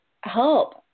help